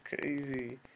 crazy